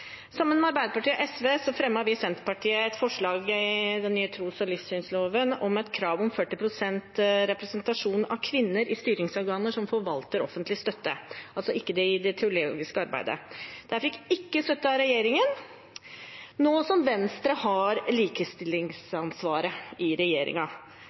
Sammen med Arbeiderpartiet og SV fremmet vi i Senterpartiet i forbindelse med den nye tros- og livssynsloven et forslag om et krav om 40 pst. representasjon av kvinner i styringsorganer som forvalter offentlig støtte, altså ikke i det teologiske arbeidet. Det fikk ikke støtte av regjeringen. Nå som Venstre har